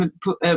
put